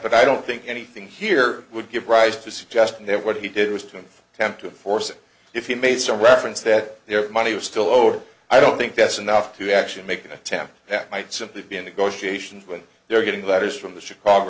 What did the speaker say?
but i don't think anything here would give rise to suggestion that what he did was to attempt to force if he made some reference that their money was still owed i don't think that's enough to actually make an attempt that might simply be a negotiation when they're getting letters from the chicago